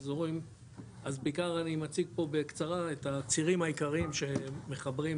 אז בעיקר אני מציג פה בקצרה את הצירים העיקריים שמחברים,